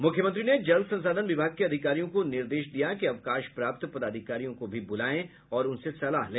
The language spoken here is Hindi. मुख्यमंत्री ने जल संसाधन विभाग के अधिकारियों को निर्देश दिया कि अवकाश प्राप्त पदाधिकारियों को भी बुलाये और उनसे सलाह ले